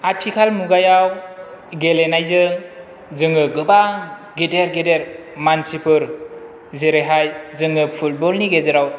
आथिखाल मुगायाव गेलेनायजों जोङो गोबां गेदेर गेदेर मानसिफोर जेरैहाय जोङो फुटबलनि गेजेराव